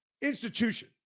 institution